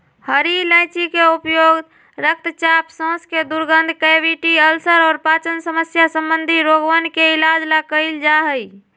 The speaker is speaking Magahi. हरी इलायची के उपयोग रक्तचाप, सांस के दुर्गंध, कैविटी, अल्सर और पाचन समस्या संबंधी रोगवन के इलाज ला कइल जा हई